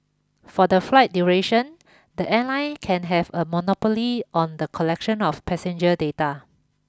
for the flight duration the airline can have a monopoly on the collection of passenger data